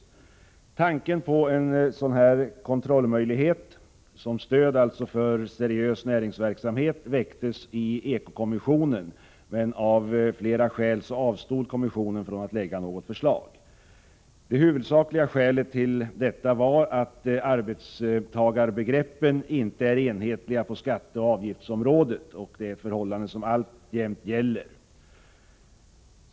Tanken på en sådan kontrollmöjlighet — som stöd för seriös näringsverksamhet — väcktes i eko-kommissionen, men av flera skäl avstod kommissionen från att lägga fram något förslag. Det huvudsakliga skälet till detta var att arbetstagarbegreppen inte är enhetliga på skatteoch avgiftsområdena. Det är ett förhållande som alltjämt råder.